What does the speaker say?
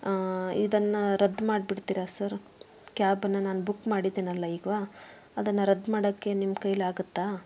ಇದನ್ನ ರದ್ದು ಮಾಡ್ಬಿಡ್ತೀರಾ ಸರ್ ಕ್ಯಾಬನ್ನು ನಾನು ಬುಕ್ ಮಾಡಿದ್ದೀನಲ್ಲ ಈಗ ಅದನ್ನು ರದ್ದು ಮಾಡೋಕ್ಕೆ ನಿಮ್ಮ ಕೈಯ್ಯಲ್ಲಿ ಆಗತ್ತಾ